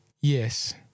Yes